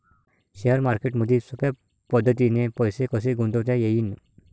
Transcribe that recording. Share मार्केटमधी सोप्या पद्धतीने पैसे कसे गुंतवता येईन?